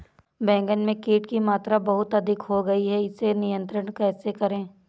बैगन में कीट की मात्रा बहुत अधिक हो गई है इसे नियंत्रण कैसे करें?